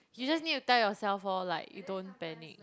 you just need to tell yourself or like you don't panic